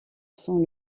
sont